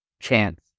chance